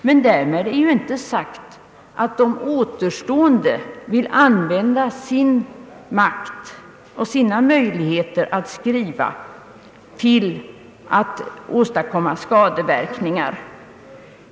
Men därmed är ju inte sagt att de återstående tidningarna vill använda sin makt och sina möjligheter att utnyttja det tryckta ordet till att åstadkomma skadeverkningar.